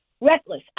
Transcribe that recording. reckless